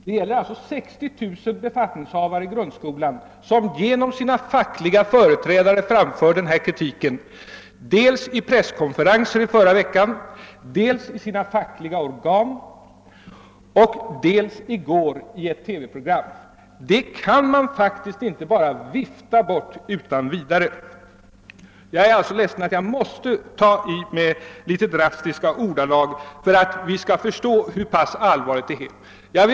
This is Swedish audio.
Det gäller alltså 60 000 befattningshavare i grundskolan som genom sina fackliga företrädare har framfört kritik dels vid presskonferensen förra veckan, dels i sina fackliga organ, dels i går i ett TV-program. Det kan man inte bara vifta bort. Jag är alltså ledsen att jag måste använda litet drastiska ordalag för att vi skall förstå hur allvarlig situationen är.